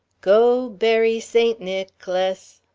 go bury saint nicklis.